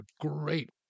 great